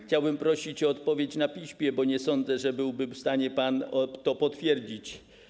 Chciałbym prosić o odpowiedź na piśmie, bo nie sądzę, że byłby pan w stanie to potwierdzić.